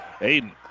Aiden